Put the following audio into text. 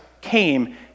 came